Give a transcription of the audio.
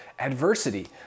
Adversity